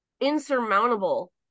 insurmountable